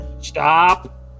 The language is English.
Stop